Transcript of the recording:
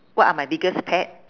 what are my biggest pet